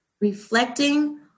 reflecting